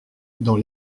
dans